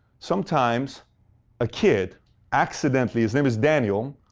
sometimes a kid accidentally, his name is daniel,